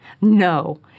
No